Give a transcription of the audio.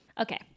Okay